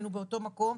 היינו באותו מקום.